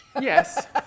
Yes